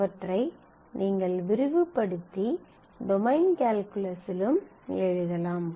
அவற்றை நீங்கள் விரிவுபடுத்தி டொமைன் கால்குலஸிலும் எழுதலாம்